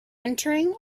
entering